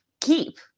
keep